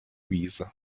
wiese